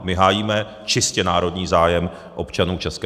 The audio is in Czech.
My hájíme čistě národní zájem občanů ČR.